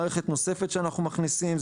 מערכת נוספת שאנחנו מכניסים,